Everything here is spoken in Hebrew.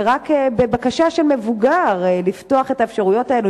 ורק בבקשה של מבוגר לפתוח את האפשרויות האלה,